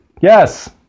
Yes